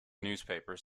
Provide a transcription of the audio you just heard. newspapers